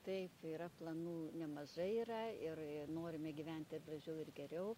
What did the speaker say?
taip yra planų nemažai yra ir i norime gyvent ir gražiau ir geriau